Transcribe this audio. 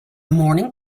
morning